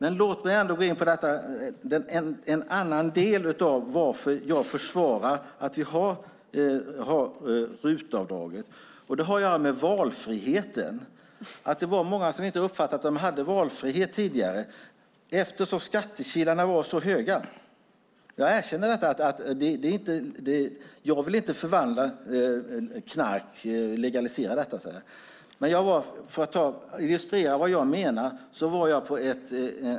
En annan anledning till att jag försvarar att vi har RUT-avdraget har med valfriheten att göra. Det var många som inte tidigare uppfattade att de hade valfrihet eftersom skattekilarna var så höga. Jag erkänner att jag inte vill legalisera knark. Men för att illustrera vad jag menar ska jag säga följande.